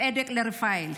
צדק לרפאל.